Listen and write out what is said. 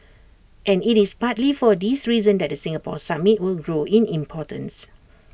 and IT is partly for this reason that the Singapore summit will grow in importance